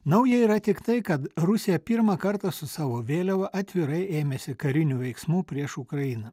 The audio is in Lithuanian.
nauja yra tik tai kad rusija pirmą kartą su savo vėliava atvirai ėmėsi karinių veiksmų prieš ukrainą